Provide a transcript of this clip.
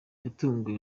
yatunguwe